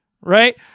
Right